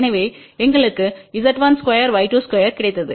எனவே எங்களுக்குZ12Y22கிடைத்தது